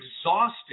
exhausted